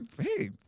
Hey